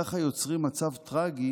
ככה יוצרים מצב טרגי